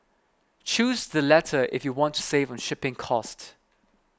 choose the latter if you want to save on shipping cost